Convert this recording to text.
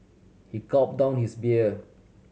he gulp down his beer